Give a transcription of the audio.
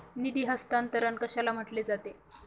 निधी हस्तांतरण कशाला म्हटले जाते?